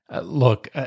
Look